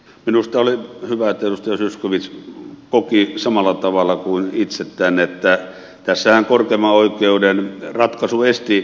minusta oli hyvä että edustaja zyskowicz koki samalla tavalla kuin itse tämän että tässähän korkeimman oikeuden ratkaisu esti tuplarangaistukset